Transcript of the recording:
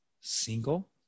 Single